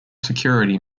security